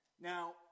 now